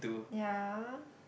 ya